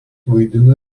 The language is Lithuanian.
vaidina